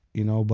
you know? but